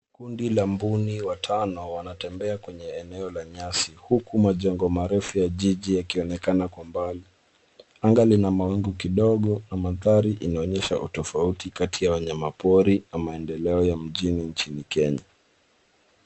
Kundi la mbuni watano wanatembea kwenye eneo la nyasi uku majengo marefu ya jiji yakionekana kwa mbali. Anga lina mawingu kidogo na mandhari inaonyesha utofauti kati ya wanyamapori na maendeleo ya mjini nchini Kenya.